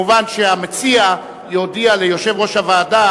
מובן שהמציע יודיע ליושב-ראש הוועדה